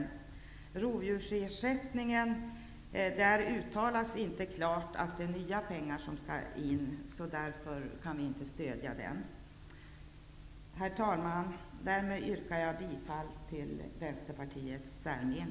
När det gäller reservationen om rovdjursersättningen uttalas det inte klart om det är nya pengar som skall till. Därför kan vi inte stödja den reservationen. Herr talman! Härmed yrkar jag bifall till